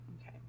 okay